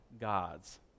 gods